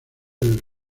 del